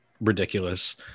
ridiculous